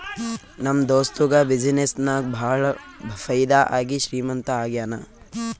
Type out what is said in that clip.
ನಮ್ ದೋಸ್ತುಗ ಬಿಸಿನ್ನೆಸ್ ನಾಗ್ ಭಾಳ ಫೈದಾ ಆಗಿ ಶ್ರೀಮಂತ ಆಗ್ಯಾನ